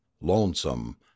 lonesome